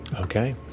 Okay